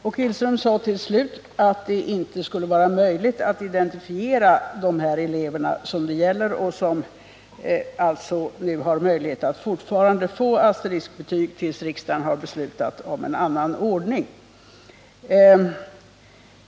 Åke Gillström sade till slut att det inte skulle vara möjligt att identifiera de elever det här gäller och som alltså fortfarande kan få asteriskbetyg.